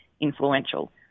influential